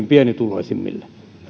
pienituloisimmille